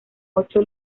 ocho